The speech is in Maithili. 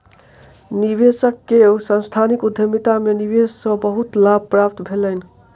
निवेशक के सांस्थानिक उद्यमिता में निवेश से बहुत लाभ प्राप्त भेलैन